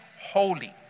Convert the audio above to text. holy